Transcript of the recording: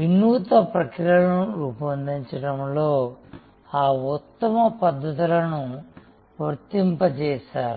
వినూత్న ప్రక్రియలను రూపొందించడంలో ఆ ఉత్తమ పద్ధతులను వర్తింపజేశారు